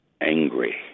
angry